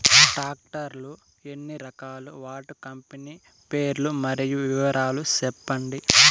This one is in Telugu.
టాక్టర్ లు ఎన్ని రకాలు? వాటి కంపెని పేర్లు మరియు వివరాలు సెప్పండి?